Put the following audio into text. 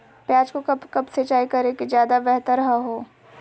प्याज को कब कब सिंचाई करे कि ज्यादा व्यहतर हहो?